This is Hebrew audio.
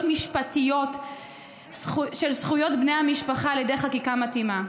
משפטיות של זכויות בני המשפחה על ידי חקיקה מתאימה.